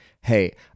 Hey